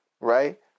right